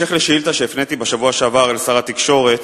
בהמשך לשאילתא שהפניתי בשבוע שעבר לשר התקשורת